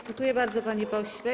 Dziękuję bardzo, panie pośle.